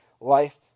life